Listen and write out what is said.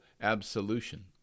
absolution